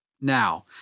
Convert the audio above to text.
Now